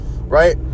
right